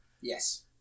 yes